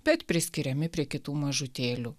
bet priskiriami prie kitų mažutėlių